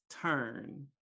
turn